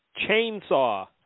Chainsaw